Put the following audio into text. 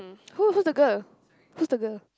who who's the girl who's the girl